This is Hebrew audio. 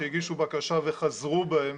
שהגישו בקשה וחזרו בהם,